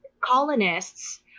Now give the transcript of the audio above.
colonists